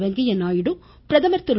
வெங்கய்ய நாயுடு பிரதமர் திரு